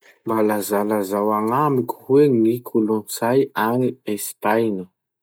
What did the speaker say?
Mba lazalazao agnamiko hoe ny kolotsay agny Espagna?